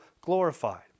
glorified